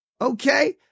Okay